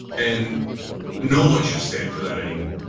and know what you stand for that anymore.